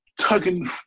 tugging